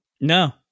No